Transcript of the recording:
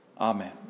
amen